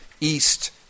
East